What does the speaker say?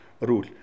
rule